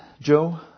Joe